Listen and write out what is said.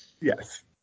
Yes